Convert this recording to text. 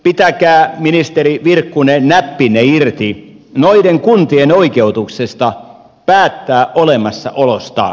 pitäkää ministeri virkkunen näppinne irti noiden kuntien oikeutuksesta päättää olemassaolostaan